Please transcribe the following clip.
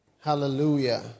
Hallelujah